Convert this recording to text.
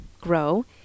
grow